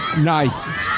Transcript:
Nice